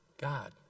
God